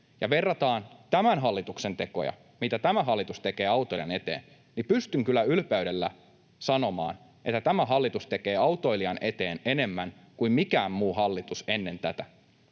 verrataan tämän hallituksen tekoja, mitä tämä hallitus tekee autoilijan eteen, niin pystyn kyllä ylpeydellä sanomaan, että tämä hallitus tekee autoilijan eteen enemmän kuin mikään muu hallitus ennen tätä.